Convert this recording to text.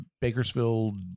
Bakersfield